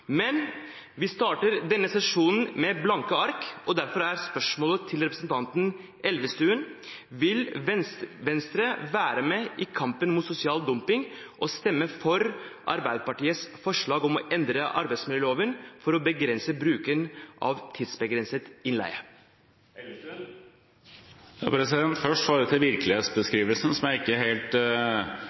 Men vi starter denne sesjonen med blanke ark, og derfor er spørsmålet til representanten Elvestuen: Vil Venstre være med i kampen mot sosial dumping og stemme for Arbeiderpartiets forslag om å endre arbeidsmiljøloven for å begrense bruken av tidsbegrenset innleie? Først til virkelighetsbeskrivelsen, som jeg ikke helt